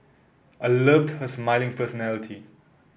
I loved her smiling personality